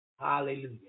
Hallelujah